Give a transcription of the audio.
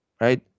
Right